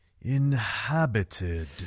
Inhabited